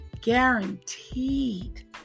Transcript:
guaranteed